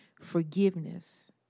forgiveness